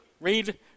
Read